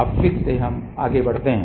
अब फिर से हम आगे बढ़ते हैं